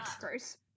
gross